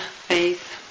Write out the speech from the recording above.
faith